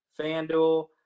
FanDuel